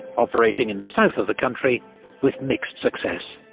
operating in the south of the country with mixed success.